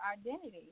identity